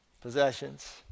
possessions